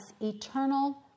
eternal